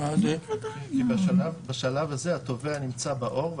אבל בשביל זה אני הולך אתכם על הדיפולט.